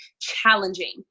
challenging